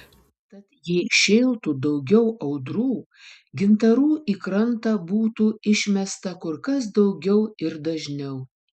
tad jei šėltų daugiau audrų gintarų į krantą būtų išmesta kur kas daugiau ir dažniau